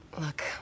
Look